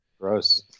Gross